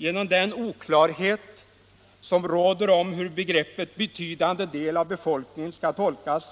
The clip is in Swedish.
Genom den oklarhet som råder om hur begreppet ”betydande del av befolkningen” skall tolkas